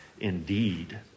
indeed